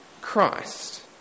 Christ